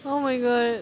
oh my god